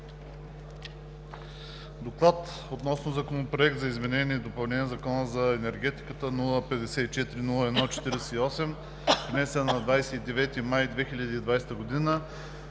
„ДОКЛАД относно Законопроект за изменение и допълнение на Закона за енергетиката, № 054-01-48, внесен на 29 май 2020 г.